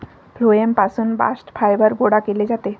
phloem पासून bast fibre गोळा केले जाते